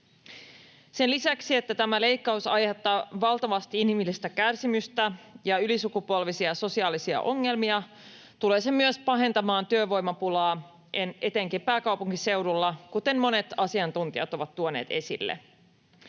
Sen lisäksi, että tämä leikkaus aiheuttaa valtavasti inhimillistä kärsimystä ja ylisukupolvisia sosiaalisia ongelmia, tulee se myös pahentamaan työvoimapulaa etenkin pääkaupunkiseudulla, kuten monet asiantuntijat ovat tuoneet esille.